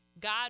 God